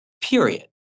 period